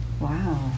Wow